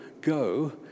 go